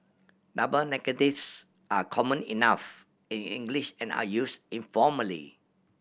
double negatives are common enough in English and are use informally